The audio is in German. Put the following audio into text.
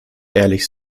ehrlich